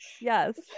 yes